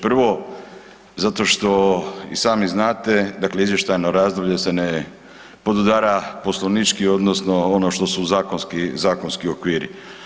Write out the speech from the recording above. Prvo zato što i sami znate dakle izvještajno razdoblje se ne podudara poslovnički odnosno ono što su zakonski, zakonski okviri.